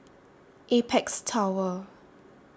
Apex Tower